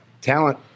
talent